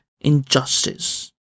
injustice